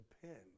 depend